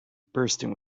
bursting